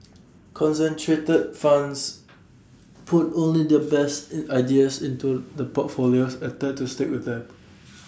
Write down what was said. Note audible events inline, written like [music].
concentrated funds [noise] put only their best in ideas into the portfolios and tend to stick with them [noise]